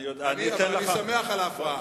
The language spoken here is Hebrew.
אבל אני שמח על ההפרעה.